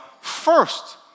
first